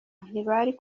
ntibari